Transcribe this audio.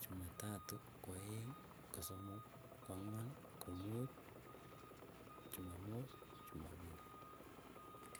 Chumatatu, kwaeng, kosomok, kwangwan. komut, jumamos. jumapili.